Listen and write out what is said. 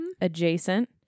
adjacent